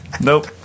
nope